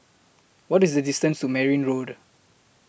What IS The distance to Merryn Road